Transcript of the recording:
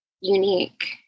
unique